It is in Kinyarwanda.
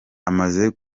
amaze